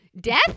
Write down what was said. death